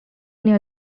near